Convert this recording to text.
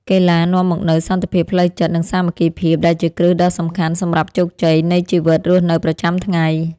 កីឡានាំមកនូវសន្តិភាពផ្លូវចិត្តនិងសាមគ្គីភាពដែលជាគ្រឹះដ៏សំខាន់សម្រាប់ជោគជ័យនៃជីវិតរស់នៅប្រចាំថ្ងៃ។